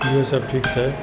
ॿियो सभु ठीकु आहे